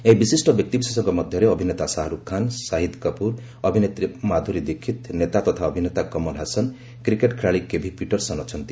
ଏହି ବିଶିଷ୍ଟ ବ୍ୟକ୍ତିବିଶେଷଙ୍କ ମଧ୍ୟରେ ଅଭିନେତା ଶାହାର୍ରଖ୍ ଖାନ ସାହିଦ୍ କପ୍ରର ଅଭିନେତ୍ରୀ ମାଧୁରୀ ଦୀକ୍ଷିତ୍ ନେତା ତଥା ଅଭିନେତା କମଲ ହାସନ୍ କ୍ରିକେଟ୍ ଖେଳାଳି କେଭି ପିଟର୍ସନ୍ ଅଛନ୍ତି